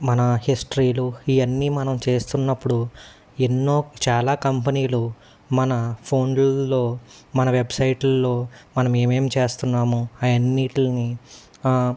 మన హిస్టరీలు ఇవన్నీ మనం చేస్తున్నప్పుడు ఎన్నో చాలా కంపెనీలు మన ఫోన్లల్లో మన వెబ్సైట్లల్లో మనమ ఏమేమి చేస్తున్నాము అవన్నిటిని